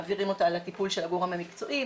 מעבירים אותה לטיפול של הגורם המקצועי,